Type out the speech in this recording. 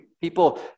people